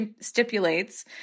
stipulates